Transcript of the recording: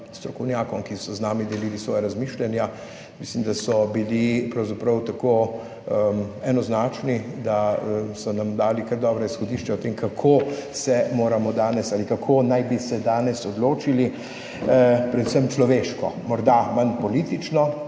strokovnjakom, ki so z nami delili svoja razmišljanja. Mislim, da so bili pravzaprav tako enoznačni, da so nam dali kar dobra izhodišča o tem, kako se moramo danes ali kako naj bi se danes odločili, predvsem človeško, morda manj politično,